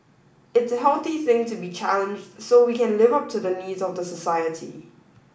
it's a healthy thing to be challenged so we can live up to the needs of the society